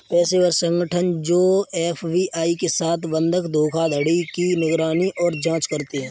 पेशेवर संगठन जो एफ.बी.आई के साथ बंधक धोखाधड़ी की निगरानी और जांच करते हैं